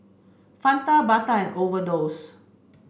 Fanta Bata and Overdose